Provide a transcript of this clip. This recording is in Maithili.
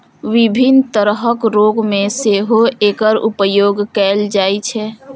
विभिन्न तरहक रोग मे सेहो एकर उपयोग कैल जाइ छै